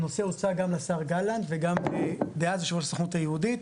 הנושא הוצג גם לשר גלנט וגם לדאז יושב ראש הסוכנות היהודית,